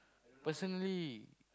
personally